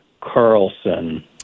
Carlson